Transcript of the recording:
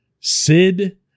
Sid